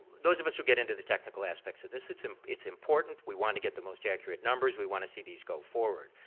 those of us who get into the technical aspects of this, it's and it's important we want to get the most accurate numbers. we want to see these go forward.